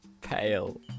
pale